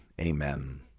Amen